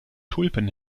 tulpen